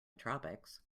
tropics